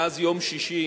מאז יום שישי